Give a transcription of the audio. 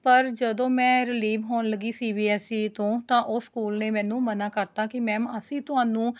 ਪਰ ਜਦੋਂ ਮੈਂ ਰੀਲੀਵ ਹੋਣ ਲੱਗੀ ਬੀ ਐੱਸ ਈ ਤੋਂ ਤਾਂ ਉਹ ਸਕੂਲ ਨੇ ਮੈਨੂੰ ਮਨ੍ਹਾ ਕਰਤਾ ਕਿ ਮੈਮ ਅਸੀਂ ਤੁਹਾਨੂੰ